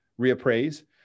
reappraise